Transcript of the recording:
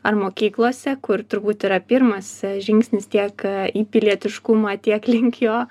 ar mokyklose kur turbūt yra pirmas žingsnis tiek į pilietiškumą tiek link jo